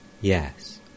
Yes